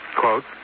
quote